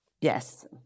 Yes